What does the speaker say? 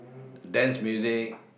dance music